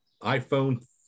iPhone